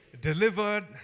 delivered